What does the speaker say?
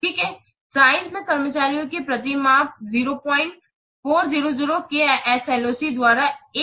ठीक है साइज़ में कर्मचारियों के प्रति माह 0400 KSLOC द्वारा 1